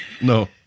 No